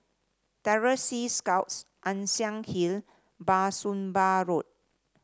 Terror Sea Scouts Ann Siang Hill Bah Soon Pah Road